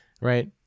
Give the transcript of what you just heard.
right